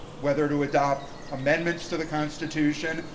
whether to adopt amendments to the constitution.